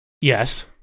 yes